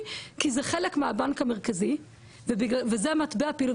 כי זה חלק מהבנק המרכזי וזה מטבע הפעילות.